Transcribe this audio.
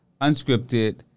unscripted